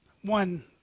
one